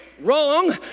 wrong